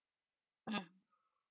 mm